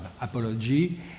apology